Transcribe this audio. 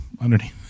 underneath